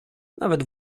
nawet